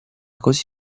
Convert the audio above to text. così